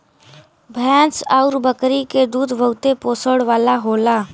भैंस आउर बकरी के दूध बहुते पोषण वाला होला